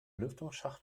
lüftungsschacht